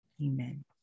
Amen